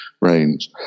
range